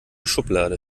schublade